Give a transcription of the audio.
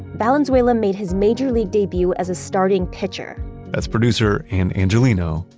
valenzuela made his major league debut as a starting pitcher that's producer and angeleno,